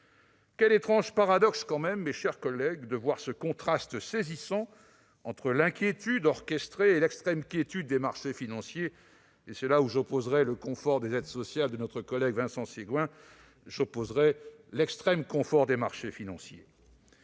Quel étrange paradoxe tout de même, mes chers collègues, de voir ce contraste saisissant entre l'inquiétude orchestrée et l'extrême quiétude des marchés financiers ! C'est à ce titre que j'opposerai, au confort des aides sociales évoqué par notre collègue Vincent Segouin, l'extrême confort des marchés financiers.